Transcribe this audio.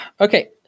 okay